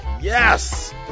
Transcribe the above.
yes